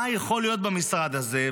מה יכול להיות במשרד הזה,